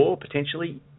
potentially